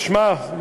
תשמע,